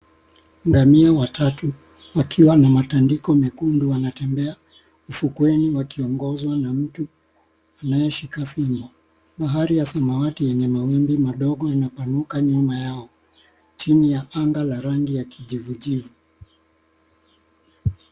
Ngamia watatu wakiwa na matandiko mekundu wanatembea ufukweni wakiongozwa na mtu anayeshika fimbo. Bahari ya samawati yenye mawimbi madogo inapanuka nyuma yao chini ya anga la rangi ya kijivujivu.